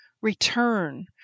return